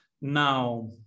Now